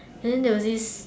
then there was this